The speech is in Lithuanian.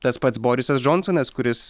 tas pats borisas džonsonas kuris